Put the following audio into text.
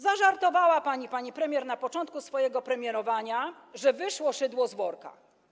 Zażartowała pani, pani premier, na początku swojego premierowania, że wyszło szydło z worka.